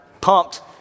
pumped